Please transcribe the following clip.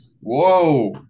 Whoa